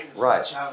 Right